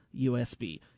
USB